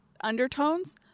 undertones